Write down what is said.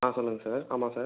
ஆ சொல்லுங்கள் சார் ஆமாம் சார்